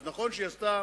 אז נכון שהיא עשתה